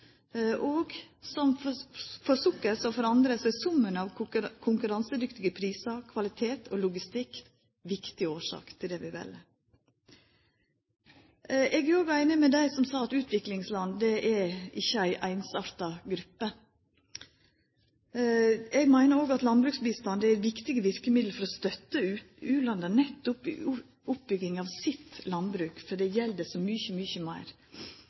av importen. Og for sukker, som for anna, er summen av konkurransedyktige prisar, kvalitet og logistikk viktig årsak til det vi vel. Eg er òg einig med dei som sa at utviklingsland ikkje er ei einsarta gruppe. Eg meiner at landbruksbistand er eit viktig verkemiddel for å stø u-landa, nettopp i oppbygginga av landbruket sitt, for det gjeld så mykje, mykje meir.